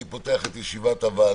אני פותח את ישיבת הוועדה.